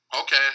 Okay